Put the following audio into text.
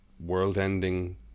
world-ending